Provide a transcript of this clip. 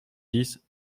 dix